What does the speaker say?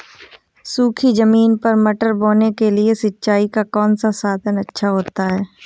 सूखी ज़मीन पर मटर बोने के लिए सिंचाई का कौन सा साधन अच्छा होता है?